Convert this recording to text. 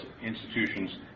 institutions